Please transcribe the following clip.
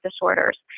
disorders